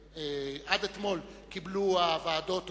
עד אתמול קיבלו הוועדות רשות.